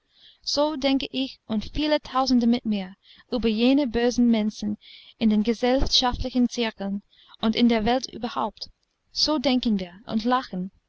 so denke ich und viele tausende mit mir über jene bösen mensen in den gesellschaftlichen zirkeln und in der welt überhaupt so denken wir und lachen